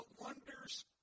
wonders